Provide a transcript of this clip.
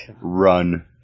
run